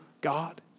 God